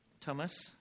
thomas